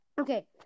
Okay